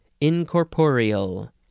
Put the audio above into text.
incorporeal